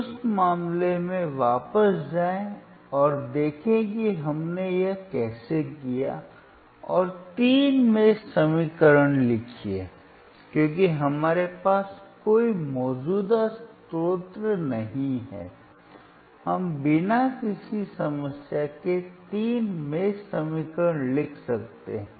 उस मामले में वापस जाएं और देखें कि हमने यह कैसे किया और तीन मेष समीकरण लिखिए क्योंकि हमारे पास कोई मौजूदा स्रोत नहीं है हम बिना किसी समस्या के 3 मेष समीकरण लिख सकते हैं